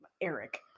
Eric